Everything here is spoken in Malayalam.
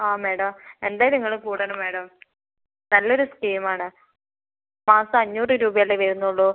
ആ മേഡം എന്തായാലും നിങ്ങൾ കൂടണം മേഡം നല്ലൊരു സ്കീമാണ് മാസം അഞ്ഞൂറ് രൂപയല്ലേ വരുന്നുള്ളു